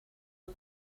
het